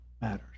matters